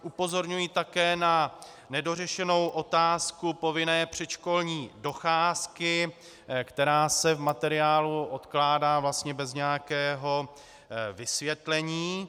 Upozorňuji také na nedořešenou otázku povinné předškolní docházky, která se v materiálu odkládá vlastně bez nějakého vysvětlení.